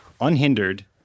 unhindered